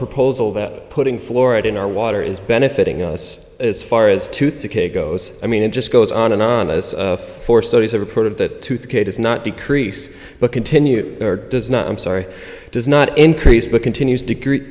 proposal that putting florida in our water is benefiting us as far as tooth decay goes i mean it just goes on and on for studies have reported that it is not decrease but continue or does not i'm sorry does not increase but continues to gree